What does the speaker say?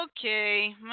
okay